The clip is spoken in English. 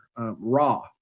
Raw